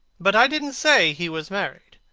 but i didn't say he was married.